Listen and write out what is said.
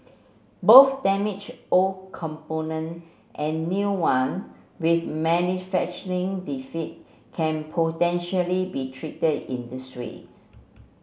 both damaged old component and new one with manufacturing defect can potentially be treated in this ways